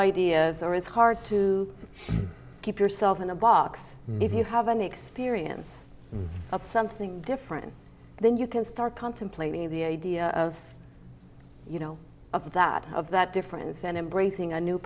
ideas or it's hard to keep yourself in a box if you have an experience of something different then you can start contemplating the idea of you know of that of that difference and embracing a new